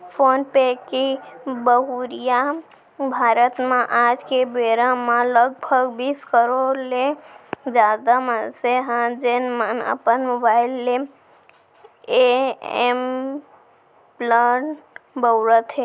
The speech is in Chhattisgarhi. फोन पे के बउरइया भारत म आज के बेरा म लगभग बीस करोड़ ले जादा मनसे हें, जेन मन अपन मोबाइल ले ए एप ल बउरत हें